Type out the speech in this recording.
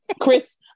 Chris